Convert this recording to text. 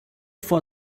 for